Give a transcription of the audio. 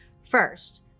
First